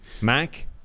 Mac